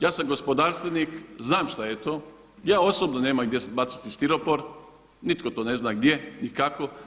Ja sam gospodarstvenik, znam šta je to, ja osobno nemam gdje baciti stiropor, nitko to ne zna gdje ni kako.